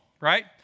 right